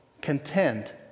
content